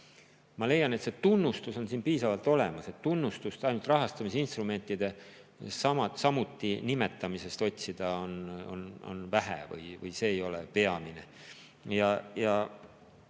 Ma leian, et see tunnustus on siin piisavalt olemas. Kui tunnustust ainult rahastamisinstrumentide nimetamisest otsida, siis seda on vähe või see ei ole peamine. Ja